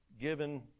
given